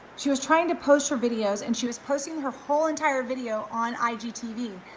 she was trying to post her videos and she was posting her whole entire video on igtv.